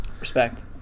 Respect